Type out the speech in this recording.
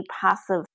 passive